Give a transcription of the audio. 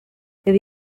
ibi